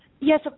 yes